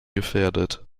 gefährdet